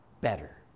better